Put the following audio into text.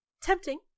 Tempting